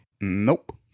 Nope